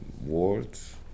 words